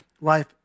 life